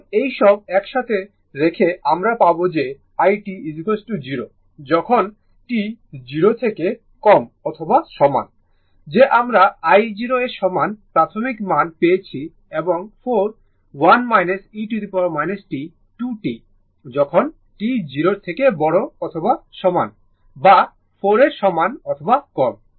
সুতরাং এই সব একসাথে রেখে আমরা পাব যে i t 0 যখন t 0 থেকে কম অথবা সমান যে আমরা i0 এর প্রাথমিক মান পেয়েছি এবং 4 1 e t 2 t যখন t 0 থেকে বড় অথবা সমান বা 4 এর সমান অথবা কম